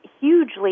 hugely